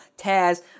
Taz